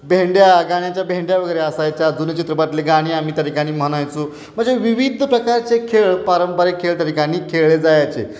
भेंड्या गाण्याच्या भेंड्या वगैरे असायच्या जुने चित्रपटातले गाणी आम्ही तरी म्हणायचो म्हणजे विविध प्रकारचे खेळ पारंपरिक खेळ त्या ठिकाणी खेळले जायचे